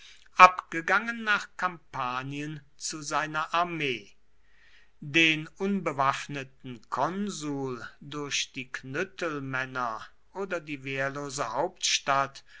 abgegangen nach kampanien zu seiner armee den unbewaffneten konsul durch die knüttelmänner oder die wehrlose hauptstadt